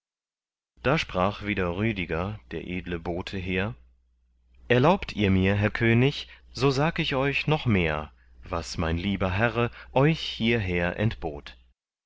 da sprach wieder rüdiger der edle bote hehr erlaubt ihr mir herr könig so sag ich euch noch mehr was mein lieber herre euch hierher entbot